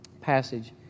passage